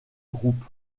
groupe